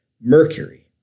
Mercury